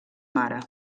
mare